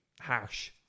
Harsh